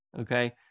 okay